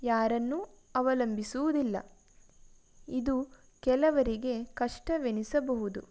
ಯಾರನ್ನೂ ಅವಲಂಬಿಸುವುದಿಲ್ಲ ಇದು ಕೆಲವರಿಗೆ ಕಷ್ಟವೆನಿಸಬಹುದು